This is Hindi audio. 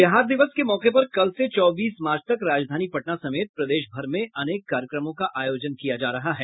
बिहार दिवस के मौके पर कल से चौबीस मार्च तक राजधानी पटना समेत प्रदेशभर में अनेक कार्यक्रमों का आयोजन किया जायेगा